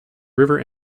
river